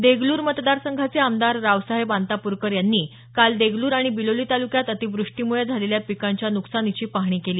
देगलूर मतदारसंघाचे आमदार रावसाहेब अंतापूरकर यांनी काल देगलूर आणि बिलोली तालुक्यात अतिवृष्टीमूळे झालेल्या पिकांच्या नुकसानीची पाहणी केली